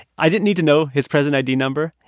i didn't need to know his prison id number.